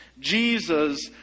Jesus